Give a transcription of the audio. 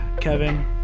Kevin